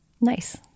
Nice